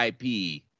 IP